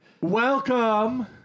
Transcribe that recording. Welcome